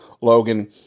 Logan